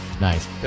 nice